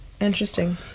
Interesting